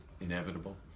inevitable